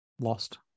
lost